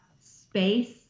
space